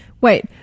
wait